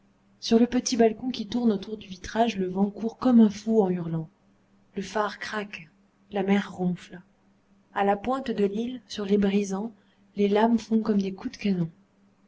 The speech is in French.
sur le petit balcon qui tourne autour du vitrage le vent court comme un fou en hurlant le phare craque la mer ronfle à la pointe de l'île sur les brisants les lames font comme des coups de canon